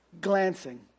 Glancing